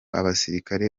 abasirikare